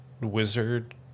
wizard